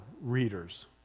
readers